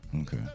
Okay